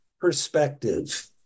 perspective